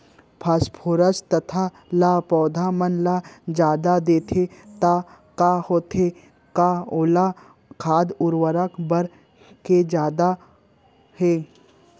Phosphorus तथा ल पौधा मन ल जादा देथन त का होथे हे, का ओला खाद उर्वरक बर दे जाथे का?